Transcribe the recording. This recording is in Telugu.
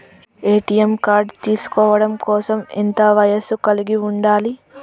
ఏ.టి.ఎం కార్డ్ తీసుకోవడం కోసం ఎంత వయస్సు కలిగి ఉండాలి?